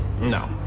No